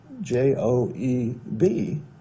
J-O-E-B